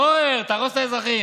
פורר, תהרוס את האזרחים.